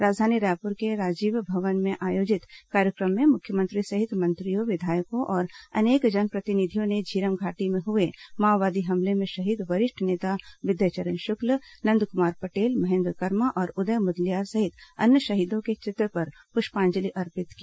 राजधानी रायपुर के राजीव भवन में आयोजित कार्यक्रम में मुख्यमंत्री सहित मंत्रियों विधायकों और अनेक जनप्रतिनिधियों ने झीरम घाटी में हुए माओवादी हमले में शहीद वरिष्ठ नेता विद्याचरण शुक्ल नंदक्मार पटेल महेन्द्र कर्मा और उदय मुदलियार सहित अन्य शहीदों के चित्र पर पुष्पांजलि अर्पित की